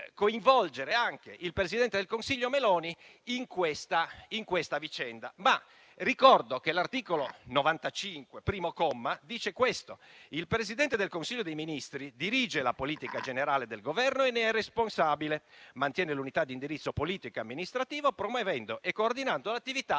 anche il presidente del Consiglio Meloni in questa vicenda. Ricordo che l'articolo 95, primo comma, dice che: «Il Presidente del Consiglio dei ministri dirige la politica generale del Governo e ne è responsabile. Mantiene l'unità di indirizzo politico e amministrativo, promuovendo e coordinando l'attività